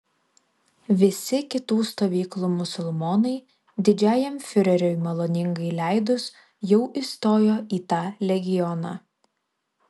visi kitų stovyklų musulmonai didžiajam fiureriui maloningai leidus jau įstojo į tą legioną